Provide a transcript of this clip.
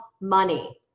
money